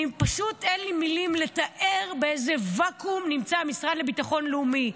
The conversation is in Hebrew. פשוט אין לי מילים לתאר באיזה ואקום נמצא המשרד לביטחון לאומי.